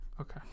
Okay